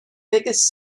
biggest